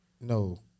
No